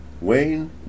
Wayne